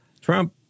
Trump